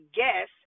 guess